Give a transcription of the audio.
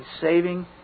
saving